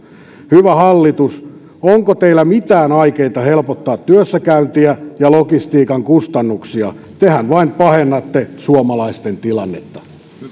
hyvä hallitus onko teillä mitään aikeita helpottaa työssäkäyntiä ja logistiikan kustannuksia tehän vain pahennatte suomalaisten tilannetta